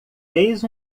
fez